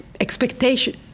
expectation